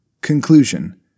Conclusion